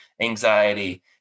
anxiety